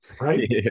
right